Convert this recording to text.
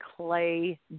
Clay